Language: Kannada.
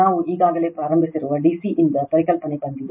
ನಾವು ಈಗಾಗಲೇ ಪ್ರಾರಂಭಿಸಿರುವ ಡಿ ಸಿ ಯಿಂದ ಪರಿಕಲ್ಪನೆ ಬಂದಿದೆ